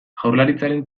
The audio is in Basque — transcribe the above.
jaurlaritzaren